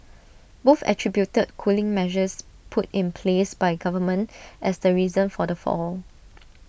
both attributed cooling measures put in place by the government as the reason for the fall